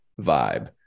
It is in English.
vibe